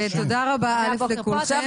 תודה רבה לכולכם.